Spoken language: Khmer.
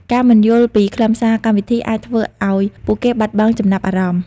ការមិនយល់ពីខ្លឹមសារកម្មវិធីអាចធ្វើឱ្យពួកគេបាត់បង់ចំណាប់អារម្មណ៍។